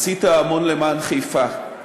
עשית המון למען חיפה,